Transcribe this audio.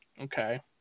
okay